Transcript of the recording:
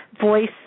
voice